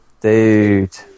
Dude